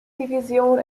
division